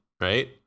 right